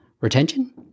retention